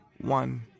One